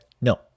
No